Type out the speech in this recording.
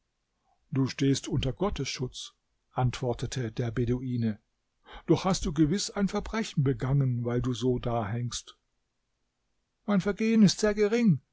du stehst unter gottes schutz antwortete der beduine doch hast du gewiß ein verbrechen begangen weil du so dahängst mein vergehen ist sehr gering